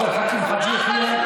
אני מבקש.